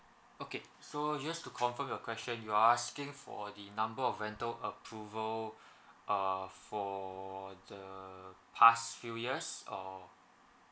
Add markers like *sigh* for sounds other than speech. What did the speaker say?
okay so just to confirm your question you're asking for the number of rental approval *breath* uh for the past few years or